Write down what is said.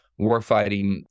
warfighting